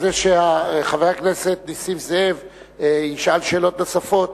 לפני שחבר הכנסת נסים זאב ישאל שאלות נוספות,